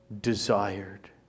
desired